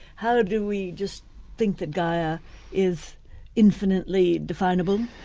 how do we just think that gaia is infinitely definable?